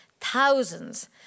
Thousands